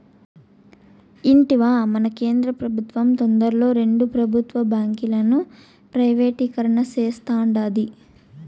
ఇంటివా, మన కేంద్ర పెబుత్వం తొందరలో రెండు పెబుత్వ బాంకీలను ప్రైవేటీకరణ సేస్తాండాది